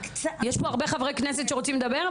יש פה הרבה חברי כנסת שרוצים לדבר,